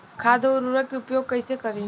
खाद व उर्वरक के उपयोग कईसे करी?